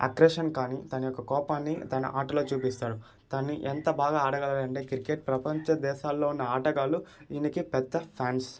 aggression కానీ తన యొక్క కోపాన్ని తన ఆటలో చూపిస్తాడు తాను ఎంత బాగా ఆడగలడంటే క్రికెట్ ప్రపంచ దేశాల్లో ఉన్న ఆటగాళ్లు ఈయనకి పెద్ద ఫ్యాన్స్